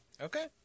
Okay